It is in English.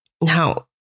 Now